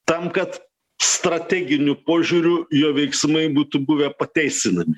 tam kad strateginiu požiūriu jo veiksmai būtų buvę pateisinami